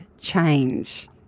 change –